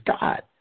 God